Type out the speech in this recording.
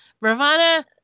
ravana